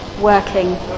working